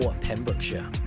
Pembrokeshire